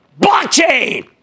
blockchain